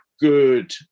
good